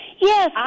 Yes